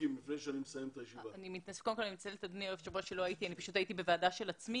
אני מתנצלת שלא הייתי אבל הייתי בוועדה אחרת.